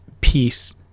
peace